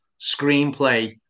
screenplay